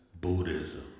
Buddhism